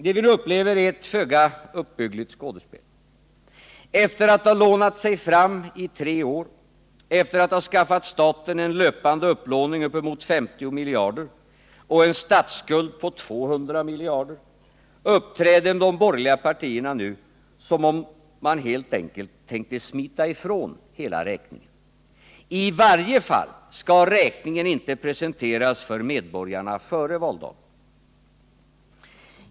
Det vi upplever här är ett föga uppbyggligt skådespel. Efter att ha lånat sig fram i tre år, efter att ha skaffat staten en löpande upplåning på uppemot 50 miljarder och en statsskuld på 200 miljarder uppträder de borgerliga partierna nu som om man helt enkelt tänkte smita ifrån hela räkningen. I varje fall skall räkningen inte presenteras för medborgarna före valdagen.